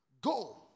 Go